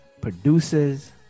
producers